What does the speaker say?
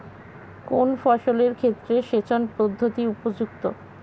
কোন ফসলের ক্ষেত্রে সেচন পদ্ধতি উপযুক্ত?